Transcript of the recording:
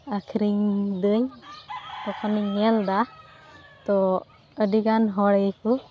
ᱟᱹᱠᱷᱨᱤᱧᱫᱟᱹᱧ ᱛᱚᱠᱷᱚᱱᱤᱧ ᱧᱮᱞᱫᱟ ᱛᱚ ᱟᱹᱰᱤᱜᱟᱱ ᱦᱚᱲᱜᱮᱠᱚ